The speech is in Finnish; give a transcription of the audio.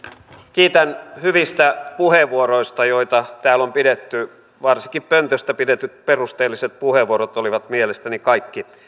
kiitän hyvistä puheenvuoroista joita täällä on pidetty varsinkin pöntöstä pidetyt perusteelliset puheenvuorot olivat mielestäni kaikki